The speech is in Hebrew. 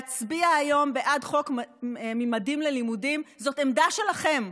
להצביע היום בעד חוק ממדים ללימודים זאת העמדה שלכם.